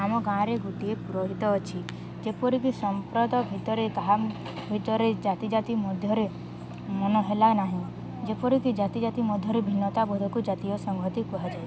ଆମ ଗାଁରେ ଗୋଟିଏ ପୁରୋହିତ ଅଛି ଯେପରିକି ସମ୍ପ୍ରଦ ଭିତରେ କାହା ଭିତରେ ଜାତି ଜାତି ମଧ୍ୟରେ ମନ ହେଲା ନାହିଁ ଯେପରିକି ଜାତି ଜାତି ମଧ୍ୟରେ ଭିନ୍ନତା ବୋଧକୁ ଜାତୀୟ ସଂଘତି କୁହାଯାଏ